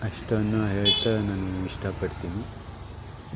ಅಷ್ಟನ್ನು ಹೇಳ್ತಾ ನಾನು ಇಷ್ಟ ಪಡ್ತೀನಿ